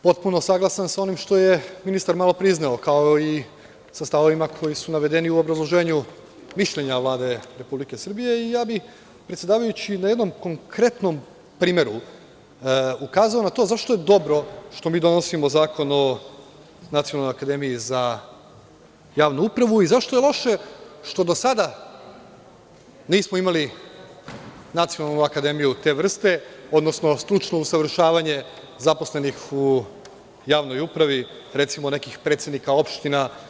Potpuno saglasan sa onim što je ministar malopre izneo kao i sa stavovima koji su navedeni u obrazloženju mišljenja Vlade Republike Srbije i ja bih predsedavajući na jednom konkretnom primeru ukazao na to zašto je dobro što mi donosimo Zakon o Nacionalnoj akademiji za javnu upravu i zašto je loše što do sada nismo imali Nacionalnu akademiju te vrste, odnosno stručno usavršavanje zaposlenih u javnoj upravi, recimo, nekih predsednika opština.